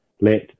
let